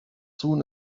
soon